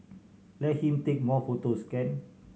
let him take more photos can